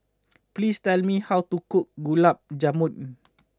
please tell me how to cook Gulab Jamun